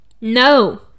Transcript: no